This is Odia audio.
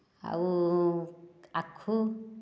ଆଉ ଆଖୁ